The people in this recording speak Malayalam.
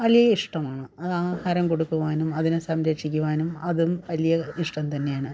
വലിയ ഇഷ്ടമാണ് അത് ആഹാരം കൊടുക്കുവാനും അതിനെ സംരക്ഷിക്കുവാനും അതും വലിയ ഇഷ്ടം തന്നെയാണ്